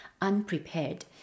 unprepared